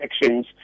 actions